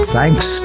Thanks